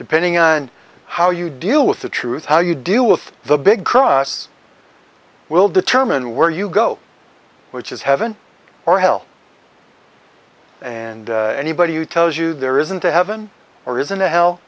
depending on how you deal with the truth how you deal with the big costs will determine where you go which is heaven or hell and anybody who tells you there isn't a heaven or isn't a hell